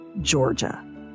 Georgia